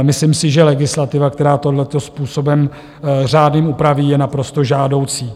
Myslím si, že legislativa, která tohleto způsobem řádným upraví, je naprosto žádoucí.